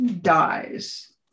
dies